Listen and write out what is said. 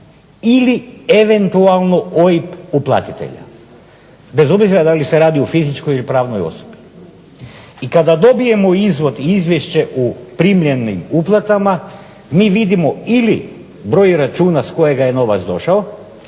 ili eventualno OIB uplatitelja, bez obzira da li se radi o fizičkoj ili pravnoj osobi. I kada dobijemo izvod izvješće o primljenim uplatama, mi vidimo ili broj računa s kojega je novac došao,